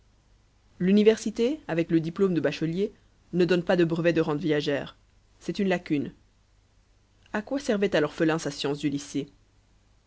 l'université avec le diplôme de bachelier ne donne pas de brevet de rentes viagères c'est une lacune à quoi servait à l'orphelin sa science du lycée